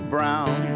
Brown